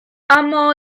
اما